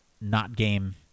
not-game